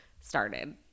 started